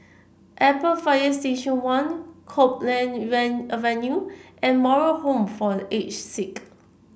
Airport Fire Station One Copeland Avenue and Moral Home for The Aged Sick